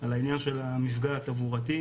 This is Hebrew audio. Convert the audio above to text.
על העניין של המפגע התברואתי.